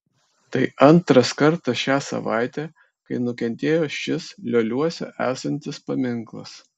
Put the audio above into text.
tai antras kartas šią savaitę kai nukentėjo šis lioliuose esantis paminklas